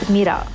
Mira